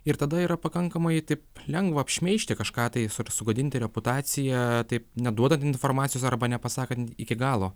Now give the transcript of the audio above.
ir tada yra pakankamai taip lengva apšmeižti kažką tai su ir sugadinti reputaciją taip neduodant informacijos arba nepasakant iki galo